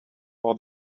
for